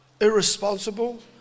irresponsible